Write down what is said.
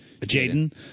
Jaden